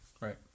right